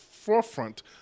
forefront